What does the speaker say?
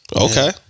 Okay